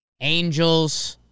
Angels